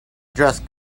dress